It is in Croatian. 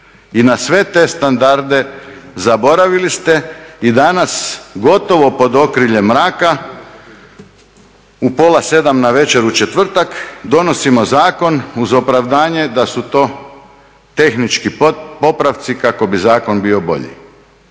i na sve te standarde zaboravili ste i danas gotovo pod okriljem mraka u pola 7 navečer u četvrtak donosimo zakon uz opravdanje da su to tehnički popravci kako bi zakon bio bolji.